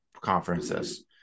conferences